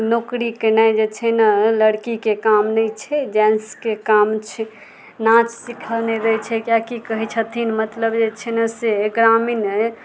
नौकरी केनाइ जे छै ने लड़कीके काम नहि छै जेन्ट्सके काम छै नाच सिखल नहि दै छै किएकि कहै छथिन मतलब जे छै ने से ग्रामीण